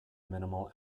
minimum